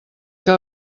que